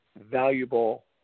valuable